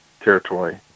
territory